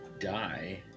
die